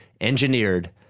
engineered